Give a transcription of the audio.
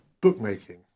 bookmaking